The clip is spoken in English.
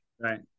Right